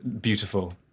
beautiful